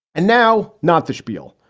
and now not the schpiel,